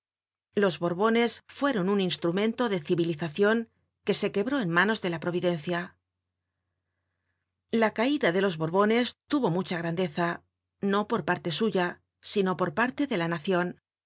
los borbones fueron un instrumento de civilizacion que se quebró en manos de la providencia la caida de los borbones tuvo mucha grandeza no por parte suya sino por parte de la nacion